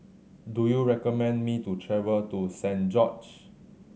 do you recommend me to travel to Saint George's